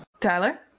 Tyler